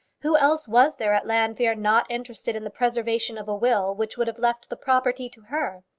who else was there at llanfeare not interested in the preservation of a will which would have left the property to her?